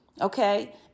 okay